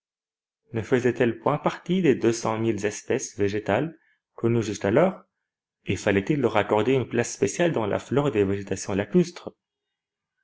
ne faisaient elles point partie des deux cent mille espèces végétales connues jusqu'alors et fallait-il leur accorder une place spéciale dans la flore des végétations lacustres